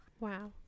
Wow